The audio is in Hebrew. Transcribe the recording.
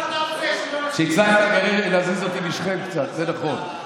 הצלחתם להזיז אותי משכם קצת, זה נכון.